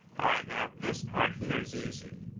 all right. now, this part here is easy.